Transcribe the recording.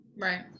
right